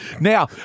Now